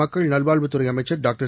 மக்கள் நல்வாழ்வுத்துறை அமைச்சர் டாக்டர்